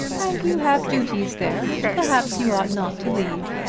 and you have duties there which perhaps you ought not to leave.